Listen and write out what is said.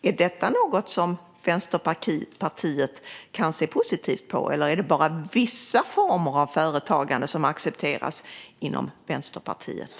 Är detta något som Vänsterpartiet kan se positivt på, eller är det bara vissa former av företagande som accepteras inom Vänsterpartiet?